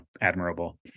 admirable